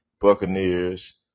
Buccaneers